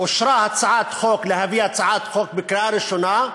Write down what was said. אושר להביא הצעת חוק לקריאה ראשונה,